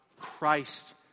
Christ